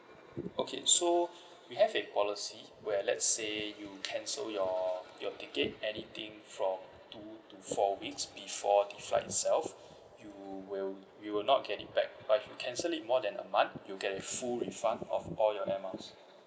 okay so we have a policy where let's say you cancel your your ticket anything from two to four weeks before the flight itself you will you will not get it back but if you cancel it more than a month you get a full refund of all your air miles